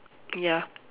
ya